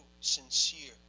sincere